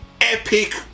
epic